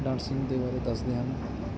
dancing ਦੇ ਬਾਰੇ ਦੱਸਦੇ ਹਨ